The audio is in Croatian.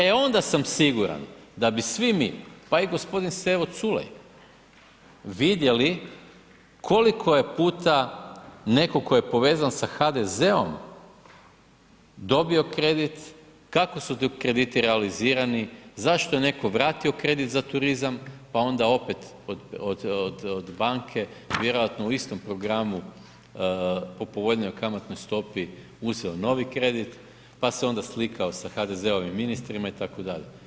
E onda sam siguran da bi svi mi, pa i gospodin Stevo Culej vidjeli koliko je puta netko tko je povezan sa HDZ-om dobio kredit, kako su ti krediti realizirani, zašto je netko vratio kredit za turizam pa onda opet od banke vjerojatno u istom programu po povoljnijoj kamatnoj stopi uzeo novi kredit, pa se onda slikao sa HDZ-ovim ministrima itd.